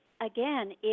Again